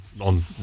on